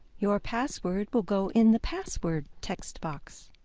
your password will go in the password text box.